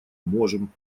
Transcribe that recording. можем